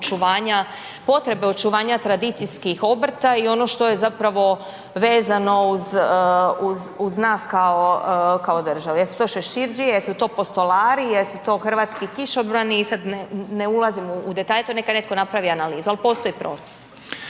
potrebe očuvanja tradicijskih obrta i ono što je zapravo vezano uz nas kao države. Jesu to šeširdžije, jesu to postolari, jesu to hrvatski kišobrani i sad, ne ulazim u detalje, to neka netko napravi analizu, ali postoji prostor.